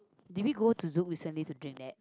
did we go to Zouk recently to drink that